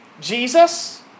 Jesus